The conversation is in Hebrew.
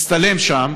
הצטלם שם,